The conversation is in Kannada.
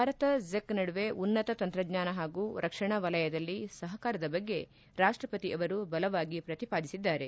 ಭಾರತ ಚೆಕ್ ನಡುವೆ ಉನ್ನತ ತಂತ್ರಜ್ಞಾನ ಹಾಗೂ ರಕ್ಷಣಾ ವಲಯದಲ್ಲಿ ಸಹಕಾರದ ಬಗ್ಗೆ ರಾಷ್ಪಪತಿ ಅವರು ಬಲವಾಗಿ ಪ್ರತಿಪಾದಿಸಿದ್ದಾರೆ